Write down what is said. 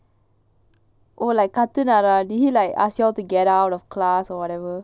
oh like கத்துறாரா:kaththurara did he like ask you all to get out of class or whatever